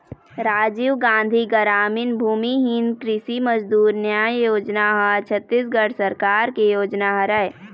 राजीव गांधी गरामीन भूमिहीन कृषि मजदूर न्याय योजना ह छत्तीसगढ़ सरकार के योजना हरय